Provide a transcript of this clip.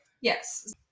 Yes